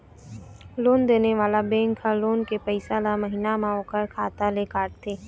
loan देने वाला bank ह लोन के पइसा ल महिना म ओखर खाता ले काटथे